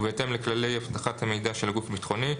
ובהתאם לכללי אבטחת המידע של הגוף הביטחוני,